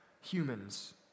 humans